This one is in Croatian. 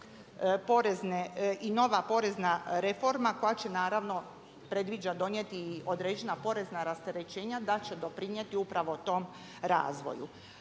i nova porezna reforma koja će naravno predviđa donijeti i određena porezna rasterećenja da će doprinijeti upravo tom razvoju.